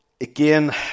again